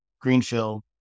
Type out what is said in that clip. greenfield